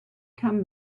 come